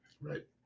Right